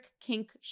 kink